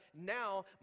now